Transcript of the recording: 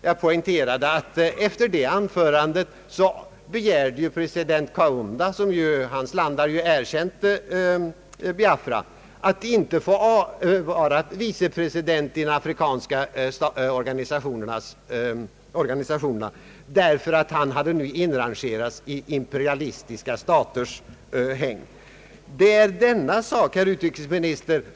Jag poängterade också att efter det här citerade anförandet begärde president Kaunda, vilkens land har erkänt Biafra, att inte bli vicepresident i den afrikanska organisationen, därför att han genom Boumediennes anförande inrangerats i imperialistiska staters grupp. Herr utrikesminister!